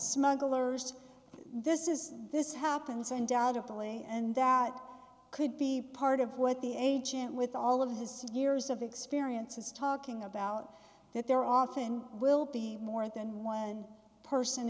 smugglers this is this happens undoubtedly and that could be part of what the agent with all of his years of experience is talking about that there often will be more than one person